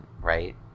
right